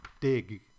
dig